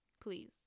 please